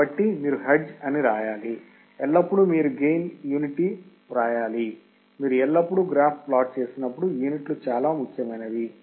కాబట్టి మీరు హెర్ట్జ్ అని రాయాలి ఎల్లప్పుడూ మీరు గెయిన్ యూనిట్ వ్రాయాలి మీరు ఎల్లప్పుడూ గ్రాఫ్ ప్లాట్ చేసినప్పుడు యూనిట్లు చాలా ముఖ్యమైనవి